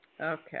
okay